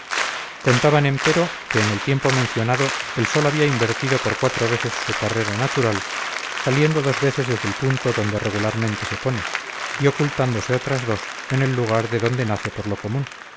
contaban empero que en el tiempo mencionado el sol había invertido por cuatro veces su carrera natural saliendo dos veces desde el punto donde regularmente se pone y ocultándose otras dos en el lugar de donde nace por lo común